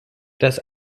das